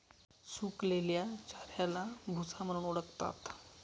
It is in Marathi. सुकलेल्या चाऱ्याला भुसा म्हणून ओळखतात